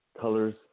colors